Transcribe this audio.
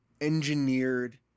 engineered